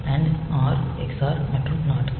and OR XOR மற்றும் not